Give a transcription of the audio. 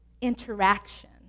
interaction